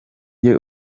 jye